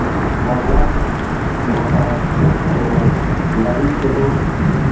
ᱵᱟᱜᱽᱣᱟᱱ ᱱᱟᱯᱟᱭ ᱫᱚᱦᱚ ᱞᱟᱹᱜᱤᱫ ᱛᱮᱫᱚ